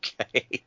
Okay